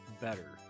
better